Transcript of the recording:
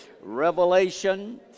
revelation